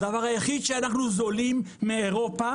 הדבר היחיד שאנחנו זולים מאירופה,